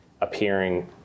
appearing